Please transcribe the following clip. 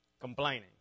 complaining